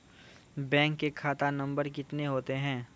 Bank का खाता number कितने होते हैं?